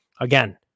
again